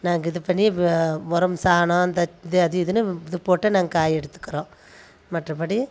நாங்கள் இது பண்ணி உரம் சாணம் அது இதுனு இது போட்டு காய் எடுத்துகிறோம் மற்ற படி